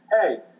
Hey